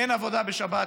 אין עבודה בשבת.